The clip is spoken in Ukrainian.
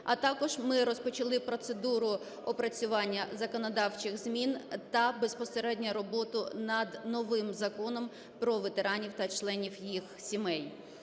А також ми розпочали процедуру опрацювання законодавчих змін та безпосередньо роботу над новим Законом про ветеранів та членів їх сімей.